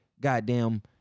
goddamn